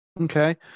okay